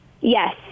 Yes